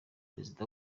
perezida